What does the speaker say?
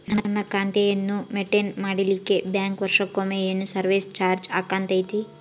ನನ್ನ ಖಾತೆಯನ್ನು ಮೆಂಟೇನ್ ಮಾಡಿಲಿಕ್ಕೆ ಬ್ಯಾಂಕ್ ವರ್ಷಕೊಮ್ಮೆ ಏನು ಸರ್ವೇಸ್ ಚಾರ್ಜು ಹಾಕತೈತಿ?